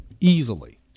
easily